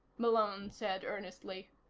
malone said earnestly.